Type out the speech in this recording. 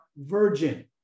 virgin